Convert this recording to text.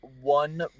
one